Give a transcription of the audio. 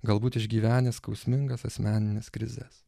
galbūt išgyvenę skausmingas asmenines krizes